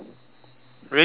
really meh